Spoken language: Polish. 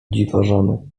dziwożony